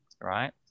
Right